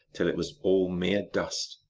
till it was all mere dust,